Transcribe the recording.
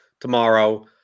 tomorrow